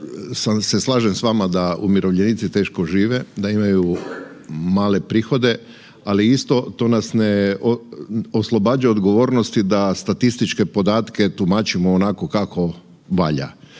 Slažem se s vama da umirovljenici teško žive, da imaju male prihode, ali isto to nas ne oslobađa odgovornosti da statističke podatke tumačimo onako kako valja.